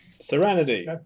Serenity